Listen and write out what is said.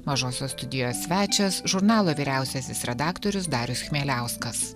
mažosios studijos svečias žurnalo vyriausiasis redaktorius darius chmieliauskas